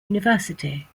university